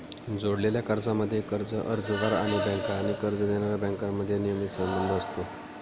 जोडलेल्या कर्जांमध्ये, कर्ज अर्जदार आणि बँका आणि कर्ज देणाऱ्या बँकांमध्ये नियमित संबंध असतो